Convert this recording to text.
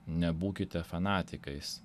nebūkite fanatikais